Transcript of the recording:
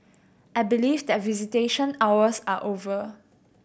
I believe that visitation hours are over